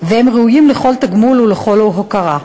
והם ראויים לכל תגמול ולכל הוקרה.